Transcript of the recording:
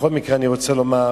בכל מקרה, אני רוצה לומר